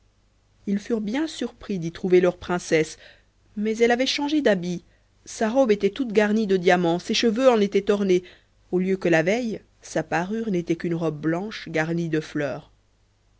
ils furent bien surpris d'y trouver leur princesse mais elle avait changé d'habit sa robe était toute garnie de diamants ses cheveux en étaient ornés au lieu que la veille sa parure n'était qu'une robe blanche garnie de fleurs